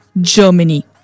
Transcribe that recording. Germany